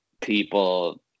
people